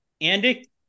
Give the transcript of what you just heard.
Andy